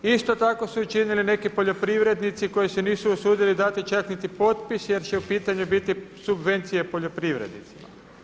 Isto tako su učinili i neki poljoprivrednici koji se nisu usudili dati čak niti potpis jer će u pitanju biti subvencije poljoprivrednicima.